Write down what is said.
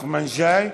נחמן שי.